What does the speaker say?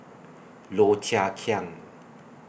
Low Thia Khiang